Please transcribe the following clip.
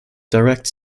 direct